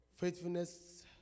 Faithfulness